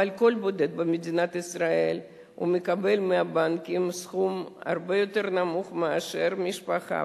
אבל כל בודד במדינת ישראל מקבל מהבנקים סכום הרבה יותר נמוך מאשר משפחה,